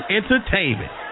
entertainment